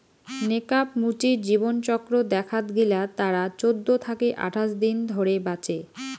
নেকাব মুচি জীবনচক্র দেখাত গিলা তারা চৌদ্দ থাকি আঠাশ দিন ধরে বাঁচে